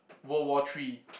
World War three